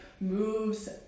moves